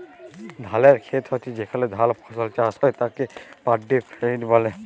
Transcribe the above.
ধালের খেত হচ্যে যেখলে ধাল ফসল চাষ হ্যয় তাকে পাড্ডি ফেইল্ড ব্যলে